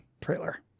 trailer